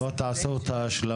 11. בואו תעשו את ההשלמה